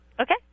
Okay